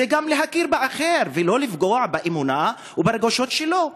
זה גם להכיר באחר ולא לפגוע באמונה וברגשות שלו.